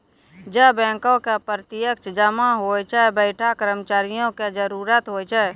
जै बैंको मे प्रत्यक्ष जमा होय छै वैंठा कर्मचारियो के जरुरत होय छै